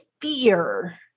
Fear